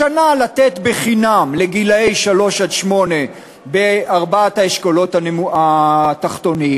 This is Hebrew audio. השנה לתת חינם לגילאי שלוש שמונה בארבעת האשכולות התחתונים,